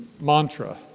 mantra